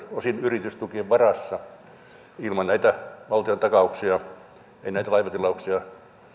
osin yritystukien varassa ilman näitä valtiontakauksia ei näitä laivatilauksia